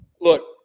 look